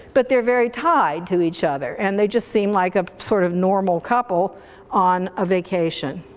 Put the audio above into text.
but they're very tied to each other, and they just seem like a sort of normal couple on a vacation.